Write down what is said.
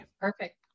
Perfect